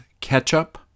ketchup